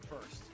first